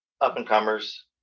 up-and-comers